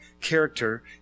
character